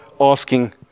asking